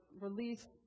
release